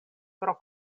pro